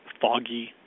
foggy